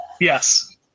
yes